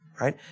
right